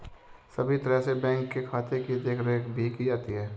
सभी तरह से बैंक के खाते की देखरेख भी की जाती है